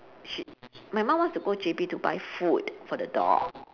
she my mum wants to go J_B to buy food for the dog